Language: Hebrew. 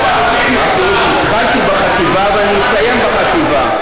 התחלתי בחטיבה ואני אסיים בחטיבה.